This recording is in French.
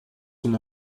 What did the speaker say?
son